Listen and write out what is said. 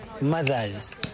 mothers